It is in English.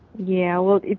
yeah. well,